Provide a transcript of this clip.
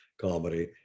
comedy